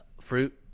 Fruit